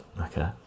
Okay